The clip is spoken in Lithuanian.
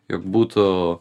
jog būtų